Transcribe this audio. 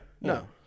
no